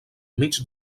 mig